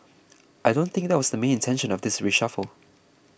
I don't think that was the main intention of this reshuffle